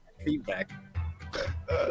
feedback